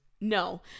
No